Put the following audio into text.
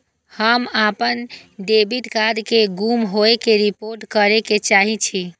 हम अपन debit card के गुम होय के रिपोर्ट करे के चाहि छी